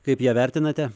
kaip ją vertinate